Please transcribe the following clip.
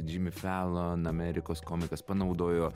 džimi falon amerikos komikas panaudojo